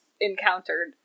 encountered